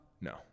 No